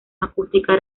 acústica